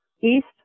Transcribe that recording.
east